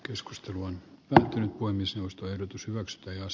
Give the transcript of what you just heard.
keskustelu on lähtenyt voimistelusta kysymyksestä jos